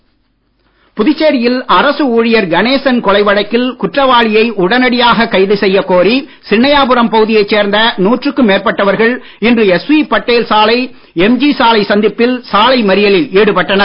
புதுச்சேரி மறியல் புதுச்சேரியில் அரசு ஊழியர் கணேசன் கொலை வழக்கில் குற்றவாளியை உடனடியாக கைது செய்யக் கோரி சின்னையாபுரம் பகுதியைச் சேர்ந்த நூற்றுக்கும் மேற்பட்டவர்கள் இன்று எஸ்வி பட்டேல் சாலை எம்ஜி சாலை சந்திப்பில் சாலை மறியலில் ஈடுபட்டனர்